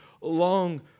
long